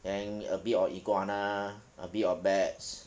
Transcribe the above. then a bit of iguana a bit of bats